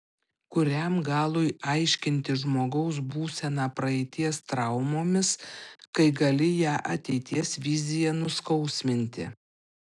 kuriam galui aiškinti žmogaus būseną praeities traumomis kai gali ją ateities vizija nuskausminti